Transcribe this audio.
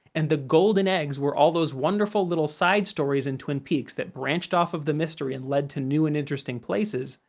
and the golden eggs were all those wonderful little side-stories in twin peaks that branched off of the mystery and led to new and interesting places,